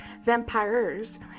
vampires